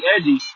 edgy